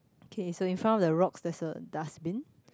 okay so in front of the rocks theres a dustbin